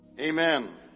Amen